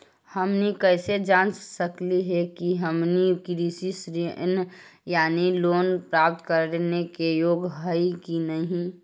हमनी कैसे जांच सकली हे कि हमनी कृषि ऋण यानी लोन प्राप्त करने के योग्य हई कि नहीं?